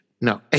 No